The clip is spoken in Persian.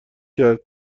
کرد